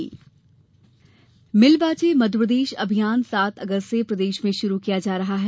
मिलबांचे मिलबांचे मध्यप्रदेश अभियान सात अगस्त से प्रदेशभर में शुरू किया जा रहा है